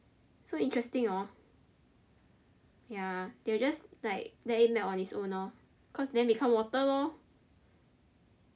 so interesting hor ya they will just like let it melt on it's own lor cause then become water lor